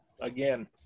again